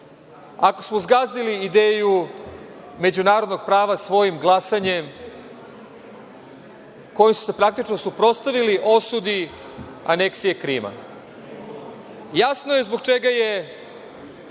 ako smo zgazili ideju međunarodnog prava svojim glasanjem, kojim smo se praktično suprotstavili osudi aneksije Krima? Jasno je zbog čega je